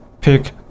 pick